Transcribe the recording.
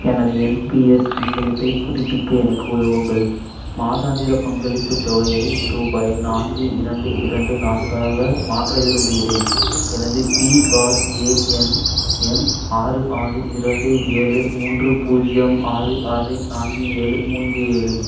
எனது N P S பங்களிப்பைப் புதுப்பிக்க எனக்கு உதவுங்கள் மாதாந்திர பங்களிப்புத் தொகையை ரூபாய் நான்கு இரண்டு இரண்டு நான்கு ஆக மாற்ற விரும்புகிறேன் எனது பிஆர்ஏஎன் எண் ஆறு ஆறு இரண்டு ஏழு மூன்று பூஜ்ஜியம் ஆறு ஆறு நான்கு ஏழு மூன்று ஏழு